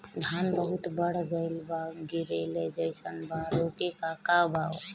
धान बहुत बढ़ गईल बा गिरले जईसन बा रोके क का उपाय बा?